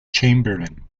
chamberlain